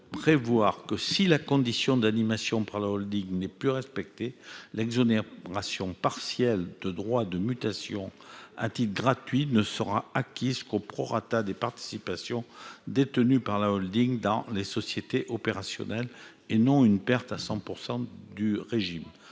prévoir que, si la condition d'animation par la n'est plus respectée, l'exonération partielle de droits de mutation à titre gratuit ne sera acquise qu'au prorata des participations détenues par la dans des sociétés opérationnelles, et non une perte à 100 % du régime.